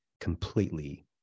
completely